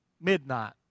midnight